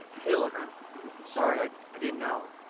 hey look, i i'm sorry, i i didn't know.